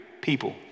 people